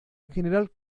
general